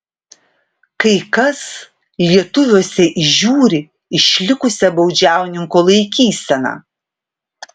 kai kas lietuviuose įžiūri išlikusią baudžiauninko laikyseną